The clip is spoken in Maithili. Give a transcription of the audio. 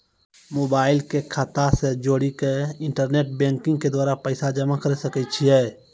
मोबाइल के खाता से जोड़ी के इंटरनेट बैंकिंग के द्वारा पैसा जमा करे सकय छियै?